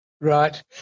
Right